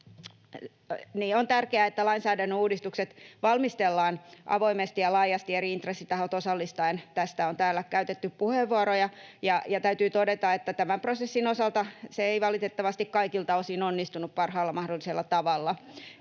On tärkeää, että lainsäädännön uudistukset valmistellaan avoimesti ja laajasti eri intressitahot osallistaen. Tästä on täällä käytetty puheenvuoroja, ja täytyy todeta, että tämän prosessin osalta se ei valitettavasti kaikilta osin onnistunut parhaalla mahdollisella tavalla.